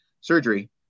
surgery